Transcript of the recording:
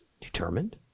determined